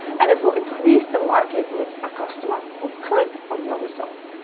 and it will increase the likelihood a customer will click on your result.